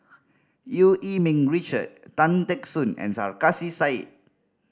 Eu Yee Ming Richard Tan Teck Soon and Sarkasi Said